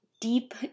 deep